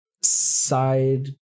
side